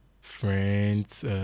friends